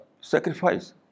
sacrifice